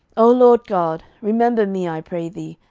o lord god, remember me, i pray thee,